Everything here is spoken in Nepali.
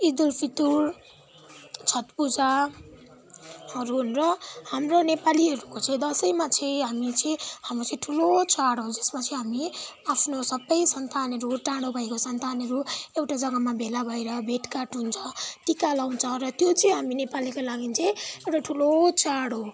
ईद उल फितर छठ पूजाहरू हुन् र हाम्रो नेपालीहरूको चाहिँ दसैँमा चाहिँ हामी चाहिँ हाम्रो चाहिँ ठुलो चाड हो जसमा चाहिँ हामी आफ्नो सबै सन्तानहरू टाढो भएको सन्तानहरू एउटा जग्गामा भेला भएर भेटघाट हुन्छ टिका लगाउँछ र त्यो चाहिँ हामी नेपालीको लागि चाहिँ एउटा ठुलो चाड हो